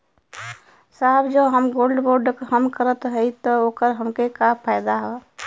साहब जो हम गोल्ड बोंड हम करत हई त ओकर हमके का फायदा ह?